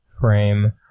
frame